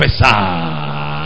Professor